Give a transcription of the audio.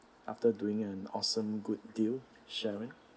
after doing an awesome good deed sharon